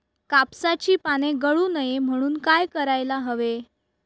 कापसाची पाने गळू नये म्हणून काय करायला हवे?